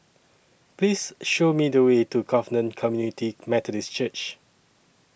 Please Show Me The Way to Covenant Community Methodist Church